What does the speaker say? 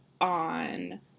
on